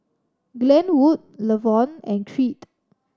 Glenwood Levon and Creed